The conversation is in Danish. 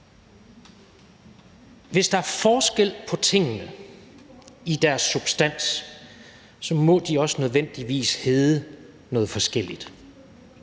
Hvis der er forskel på tingene i deres substans, må de også nødvendigvis hedde noget forskelligt.